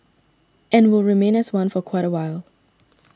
and will remain as one for quite a while